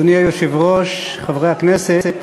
אדוני היושב-ראש, חברי הכנסת,